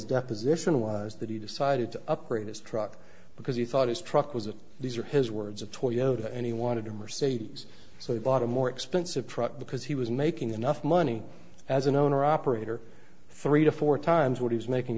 deposition was that he decided to upgrade his truck because he thought his truck was a these are his words of toyota and he wanted to mercedes so he bought a more expensive truck because he was making enough money as an owner operator three to four times what he was making